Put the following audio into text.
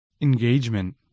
Engagement